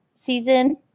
season